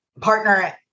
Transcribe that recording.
partner